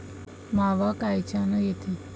मावा कायच्यानं येते?